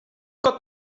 got